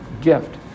gift